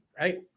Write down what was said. Right